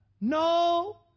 No